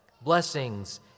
blessings